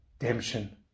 redemption